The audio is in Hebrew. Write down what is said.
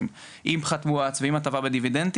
עם פחת מואץ ועם הטבה בדיבידנדים,